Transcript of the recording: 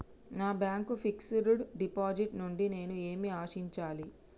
నా bank fixed deposit నుండి నేను ఏమి ఆశించాలి?